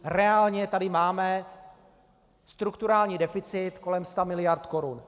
Reálně tady máme strukturální deficit kolem 100 mld. korun.